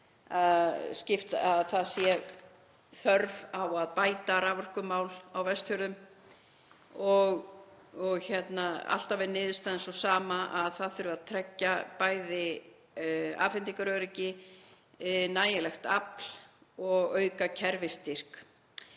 er á að það sé þörf á að bæta raforkumál á Vestfjörðum og alltaf er niðurstaðan sú sama, að það þurfi að tryggja bæði afhendingaröryggi, nægilegt afl og auka kerfisstyrk.